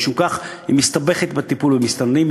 ומשום כך היא מסתבכת בטיפול במסתננים,